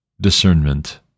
discernment